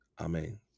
amen